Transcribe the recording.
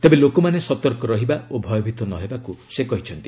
ତେବେ ଲୋକମାନେ ସତର୍କ ରହିବା ଓ ଭୟଭୀତ ନ ହେବାକୁ ସେ କହିଛନ୍ତି